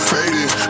Faded